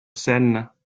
seine